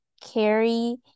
carry